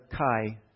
Chi